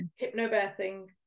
Hypnobirthing